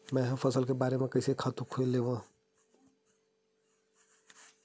मैं ह फसल करे बर कइसन खातु लेवां?